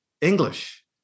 English